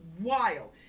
wild